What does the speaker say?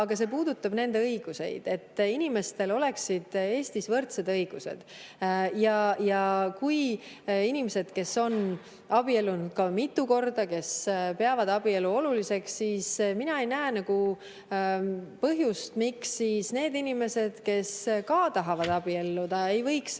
aga see puudutab nende õigusi, inimestel peavad olema Eestis võrdsed õigused. Ja kui on inimesed, kes on abiellunud mitu korda, kes peavad abielu oluliseks, siis mina ei näe nagu põhjust, miks siis need inimesed, kes samuti tahavad abielluda, ei võiks